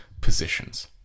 positions